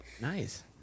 Nice